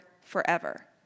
forever